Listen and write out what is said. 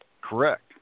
Correct